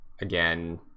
again